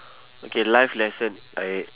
okay life lesson I